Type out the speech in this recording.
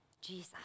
Jesus